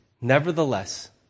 nevertheless